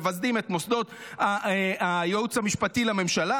מבזים את מוסדות הייעוץ המשפטי לממשלה.